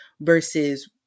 versus